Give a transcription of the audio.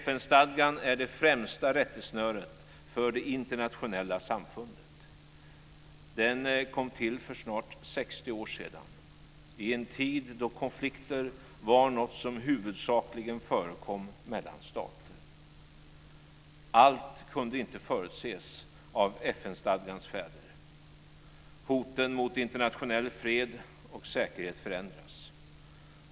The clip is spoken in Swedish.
FN-stadgan är det främsta rättesnöret för det internationella samfundet. Den kom till för snart 60 år sedan i en tid då konflikter var något som huvudsakligen förekom mellan stater. Allt kunde inte förutses av FN-stadgans fäder. Hoten mot internationell fred och säkerhet förändras.